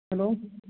hello